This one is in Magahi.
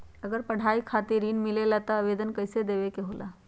अगर पढ़ाई खातीर ऋण मिले ला त आवेदन कईसे देवे के होला?